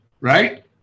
Right